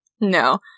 No